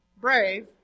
brave